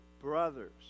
brothers